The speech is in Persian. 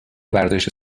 ورزش